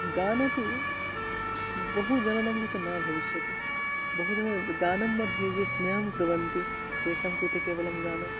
गानं तु बहु जनानां कृते न भविष्यति बहु जनानां गानं मध्ये ये स्नेहं कुर्वन्ति तेषां कृते केवलं गानं